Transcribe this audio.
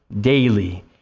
daily